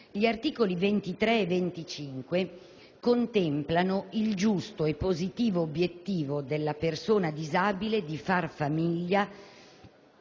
Gli articoli 23 e 25 contemplano il giusto e positivo obiettivo della persona disabile di far famiglia